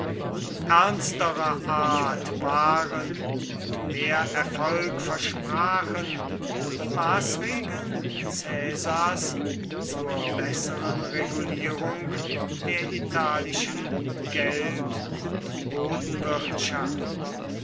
ernsterer art waren und mehr erfolg versprachen die maßregeln caesars zur besseren regulierung der italischen geld und